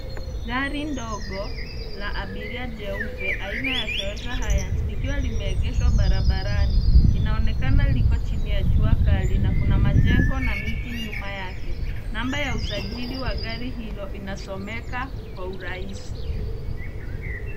Gari ndogo la abiria jeupe, aina ya Toyota Hiace, likiwa limeegeshwa barabarani. Inaonekana liko chini ya jua kali na kuna majengo na miti nyuma yake. Namba ya usajili wa gari hilo inasomeka kwa urahisi.